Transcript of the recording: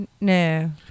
No